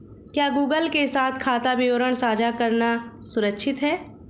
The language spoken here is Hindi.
क्या गूगल के साथ खाता विवरण साझा करना सुरक्षित है?